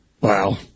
Wow